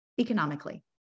economically